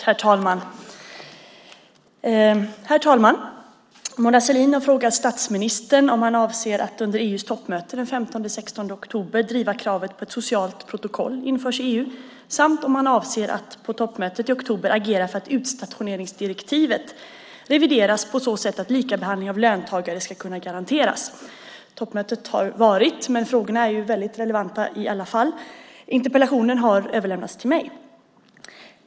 Herr talman! Mona Sahlin har frågat statsministern om han avser att under EU:s toppmöte den 15-16 oktober driva kravet på att ett socialt protokoll införs i EU, samt om han avser att på toppmötet i oktober agera för att utstationeringsdirektivet revideras på så sätt att likabehandling av löntagare ska kunna garanteras. Toppmötet har varit, men frågorna är ju väldigt relevanta ändå. Interpellationen har överlämnats till mig.